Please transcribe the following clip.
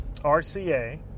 RCA